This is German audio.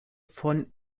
von